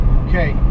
okay